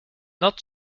not